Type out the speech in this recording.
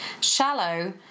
shallow